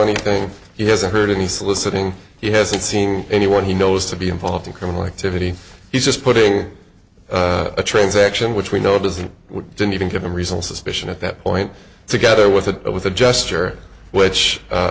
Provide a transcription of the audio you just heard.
anything he hasn't heard any soliciting he hasn't seen anyone he knows to be involved in criminal activity he's just putting a transaction which we know is he didn't even give a reasonable suspicion at that point together with a with a gesture which